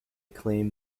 claim